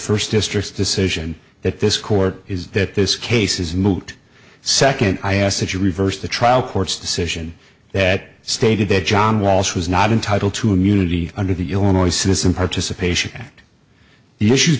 first district decision that this court is that this case is moot second i ask that you reverse the trial court's decision that stated that john walsh was not entitled to immunity under the illinois citizen participation